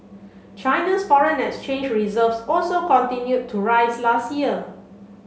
China's foreign exchange reserves also continued to rise last year